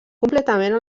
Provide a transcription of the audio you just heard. completament